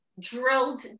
drilled